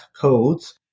codes